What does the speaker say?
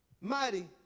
mighty